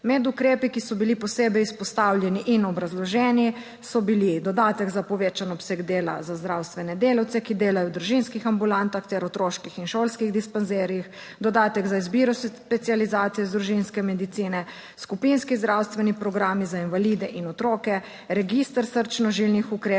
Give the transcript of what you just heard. Med ukrepi, ki so bili posebej izpostavljeni in obrazloženi so bili: dodatek za povečan obseg dela za zdravstvene delavce, ki delajo v družinskih ambulantah ter otroških in šolskih dispanzerjih, dodatek za izbiro specializacije iz družinske medicine, skupinski zdravstveni programi za invalide in otroke, register srčno žilnih ukrepov,